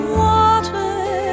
water